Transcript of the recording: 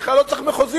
שבכלל לא צריך מחוזית,